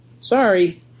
Sorry